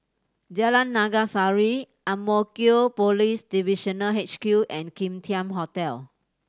Jalan Naga Sari Ang Mo Kio Police Divisional H Q and Kim Tian Hotel